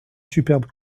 superbe